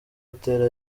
atera